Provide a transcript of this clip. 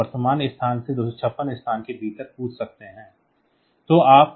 इसलिए आप वर्तमान स्थान से 256 स्थानों के भीतर कूद सकते हैं